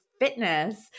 fitness